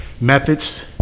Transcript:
methods